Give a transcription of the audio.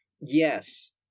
Yes